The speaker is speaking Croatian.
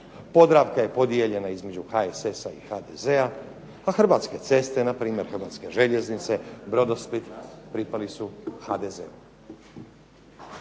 "Podravka" je podijeljena između HSS-a i HDZ-a, a Hrvatske ceste, npr. Hrvatske željeznice, "Brodosplit" pripali su HDZ-u.